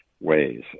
ways